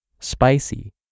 spicy